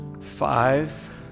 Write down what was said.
five